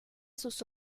sus